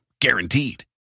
Guaranteed